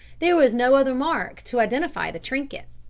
there was no other mark to identify the trinket.